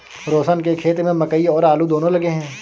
रोशन के खेत में मकई और आलू दोनो लगे हैं